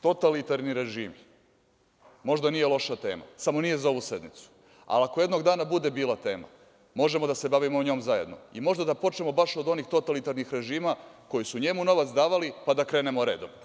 Ttalitarni režimi, možda nije loša tema, samo nije za ovu sednicu, ali ako jednog dana bude bila tema, možemo da se bavimo njom zajedno i možda da počnemo baš od onih totalitarnih režima koji su njemu novac davali, pa da krenemo redom.